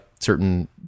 certain